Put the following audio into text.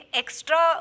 extra